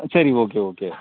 சரி okay okay